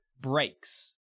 breaks